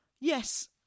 yes